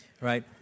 right